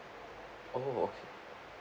oh okay